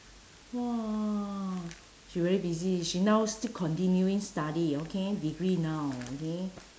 !wah! she very busy she now still continuing study okay degree now okay